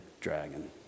dragon